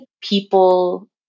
People